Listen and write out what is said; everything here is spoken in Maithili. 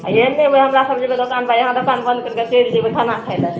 आ एहन नहि हुवए हमरा सब जेबै दोकानपर अहाँ दोकान बन्द कैरि कऽ चैल जेबै खाना खाइ लए